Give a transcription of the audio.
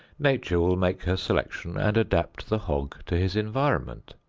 nature will make her selection and adapt the hog to his environment.